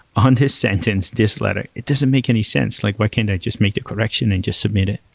on this sentence, this letter. it doesn't make any sense. like why can't i just make the correction and just submit it?